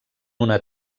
una